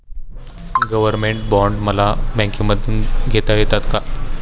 Government bond मला बँकेमधून घेता येतात का?